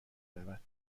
رود